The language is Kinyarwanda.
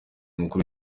mukuru